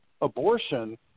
abortion